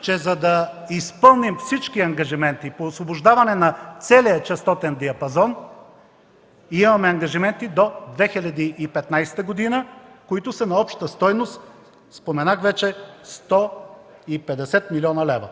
че за да изпълним всички ангажименти по освобождаване на целия честотен диапазон, имаме ангажименти до 2015 г. на обща стойност – споменах вече – 150 млн. лв.